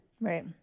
Right